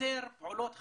שחסר פעולות חקירה,